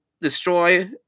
destroy